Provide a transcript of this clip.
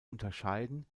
unterscheiden